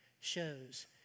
shows